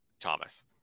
Thomas